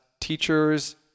teachers